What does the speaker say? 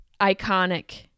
Iconic